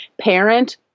parent